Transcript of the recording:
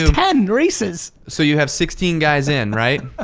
ten races. so you have sixteen guys in, right?